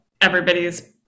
everybody's